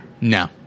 No